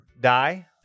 die